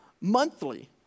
Monthly